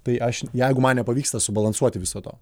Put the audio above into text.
tai aš jeigu man nepavyksta subalansuoti viso to